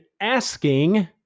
asking